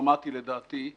דרמטי מאוד.